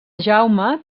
jaume